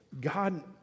God